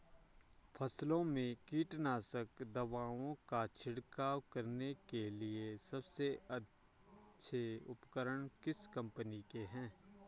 फसलों में कीटनाशक दवाओं का छिड़काव करने के लिए सबसे अच्छे उपकरण किस कंपनी के हैं?